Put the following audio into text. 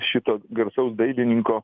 šito garsaus dailininko